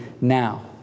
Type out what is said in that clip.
now